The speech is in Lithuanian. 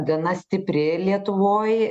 gana stipri lietuvoj